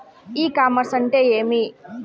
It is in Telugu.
ఇ కామర్స్ అంటే ఏమి?